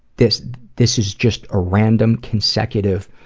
this this is just a random, consecutive